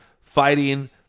fighting